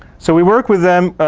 so we work with them